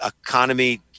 economy